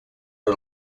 per